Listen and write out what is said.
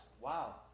Wow